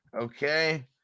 Okay